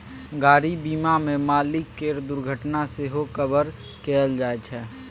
गाड़ी बीमा मे मालिक केर दुर्घटना सेहो कभर कएल जाइ छै